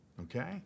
Okay